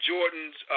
Jordan's